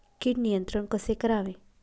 कीड नियंत्रण कसे करावे?